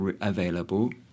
available